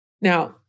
Now